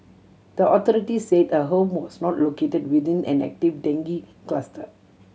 the authorities said her home was not located within an active dengue cluster